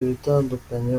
ibitandukanye